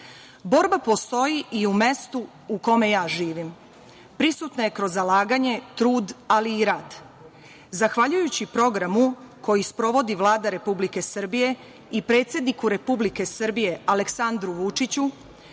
nama. Borba postoji i u mestu u kome ja živim. Prisutna je kroz zalaganje, trud, ali i rad. Zahvaljujući programu koji sprovodi Vlada Republike Srbije i predsedniku Republike Srbije, Aleksandru Vučiću,